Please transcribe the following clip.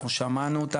אנחנו שמענו אותה,